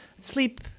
sleep